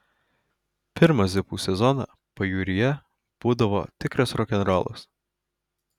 pirmą zipų sezoną pajūryje būdavo tikras rokenrolas